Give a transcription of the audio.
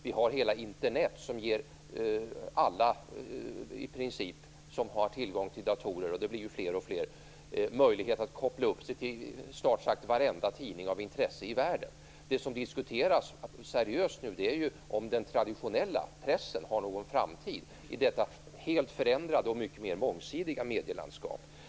Vi har hela Internet som i princip ger alla som har tillgång till datorer, vilka blir fler och fler, möjlighet att koppla upp sig till snart sagt varenda tidning av intresse i världen. Det som nu diskuteras seriöst är ju om den traditionella pressen har någon framtid i detta helt förändrade och mycket mer mångsidiga medielandskap.